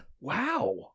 wow